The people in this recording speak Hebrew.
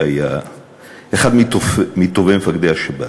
שהיה אחד מטובי מפקדי השב"כ.